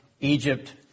Egypt